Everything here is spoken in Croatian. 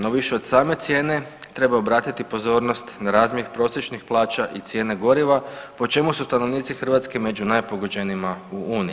No više od same cijene treba obratiti pozornost na razmjer prosječnih plaća i cijene goriva po čemu su stanovnici Hrvatske među najpogođenijima u uniji.